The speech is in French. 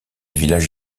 village